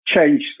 change